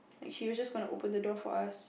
like she was just gonna open the door for us